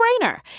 no-brainer